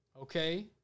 Okay